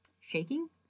shaking